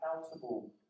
accountable